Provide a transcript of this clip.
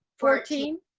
fourteen.